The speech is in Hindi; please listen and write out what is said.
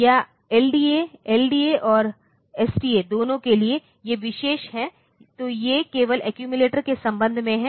या एलडीए एलडीए और एसटीए दोनों के लिए है ये विशेष हैं तो ये केवल एक्यूमिलेटर के संबंध में हैं